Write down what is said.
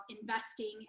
investing